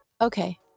Okay